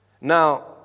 Now